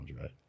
right